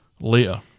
Later